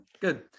good